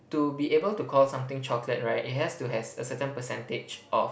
to be able to call something chocolate right it has to has a certain percentage of